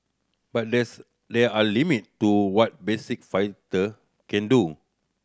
but there's there are limit to what basic filter can do